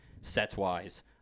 sets-wise